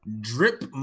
Drip